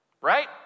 Right